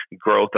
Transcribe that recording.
Growth